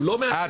אה,